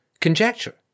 conjecture